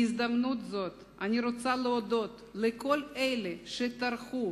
בהזדמנות זו אני רוצה להודות לכל אלה שטרחו